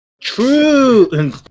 True